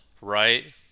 right